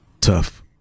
tough